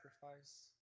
sacrifice